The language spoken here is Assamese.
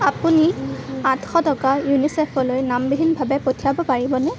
আপুনি আঠশ টকা ইউনিচেফলৈ নামবিহীনভাৱে পঠিয়াব পাৰিবনে